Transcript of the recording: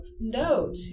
note